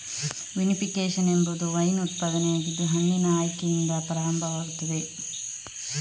vinification ಎಂಬುದು wine ಉತ್ಪಾದನೆಯಾಗಿದ್ದು ಹಣ್ಣಿನ ಆಯ್ಕೆಯಿಂದ ಪ್ರಾರಂಭವಾಗುತ್ತದೆ